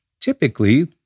typically